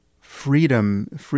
freedom